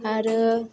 आरो